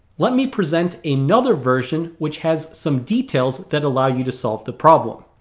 let me present another version which has some details that allow you to solve the problem